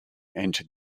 entered